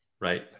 right